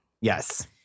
Yes